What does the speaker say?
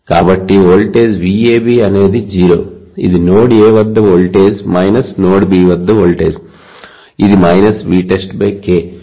కాబట్టి voltage VAB అనేది 0 ఇది నోడ్ A వద్ద వోల్టేజ్ నోడ్ B వద్ద వోల్టేజ్ ఇది VtestK